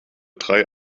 drei